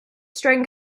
string